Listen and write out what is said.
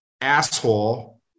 asshole